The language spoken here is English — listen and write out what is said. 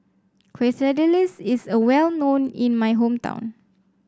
quesadillas is a well known in my hometown